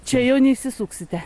čia jau neišsisuksite